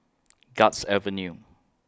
Guards Avenue